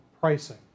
pricing